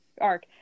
arc